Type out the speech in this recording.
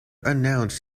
announced